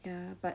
ya but